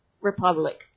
Republic